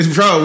Bro